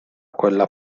quella